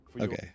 Okay